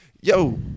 Yo